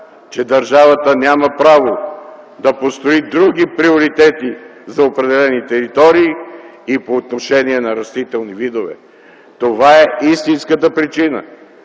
че държавата няма право да построи други приоритети за определени територии и по отношение на растителни видове. Това е истинската причина